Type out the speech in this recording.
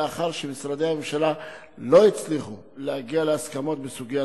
לאחר שמשרדי הממשלה לא הצליחו להגיע להסכמות בסוגיה